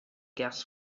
gas